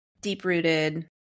deep-rooted